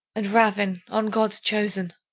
and ravin on god's chosen!